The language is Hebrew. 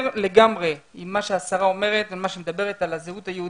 לגמרי עם מה שהשרה אומרת על הזהות היהודית,